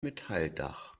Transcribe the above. metalldach